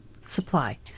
supply